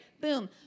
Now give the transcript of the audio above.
boom